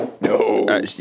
No